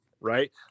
right